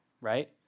right